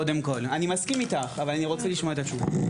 ואני מסכים איתך, אבל אשמח קודם לשמוע את התשובות.